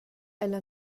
ella